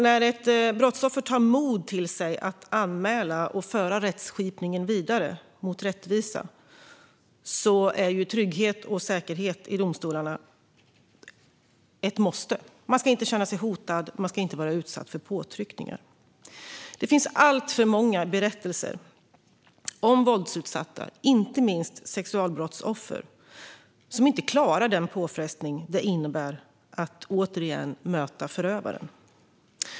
När ett brottsoffer tar mod till sig att göra en anmälan och föra rättskipningen vidare mot rättvisa är trygghet och säkerhet i domstolarna ett måste. Man ska inte känna sig hotad. Man ska inte vara utsatt för påtryckningar. Det finns alltför många berättelser om våldsutsatta, inte minst sexualbrottsoffer, som inte klarar den påfrestning det innebär att återigen möta förövaren.